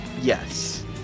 Yes